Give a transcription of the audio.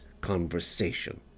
conversation